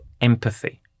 empathy